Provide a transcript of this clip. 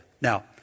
Now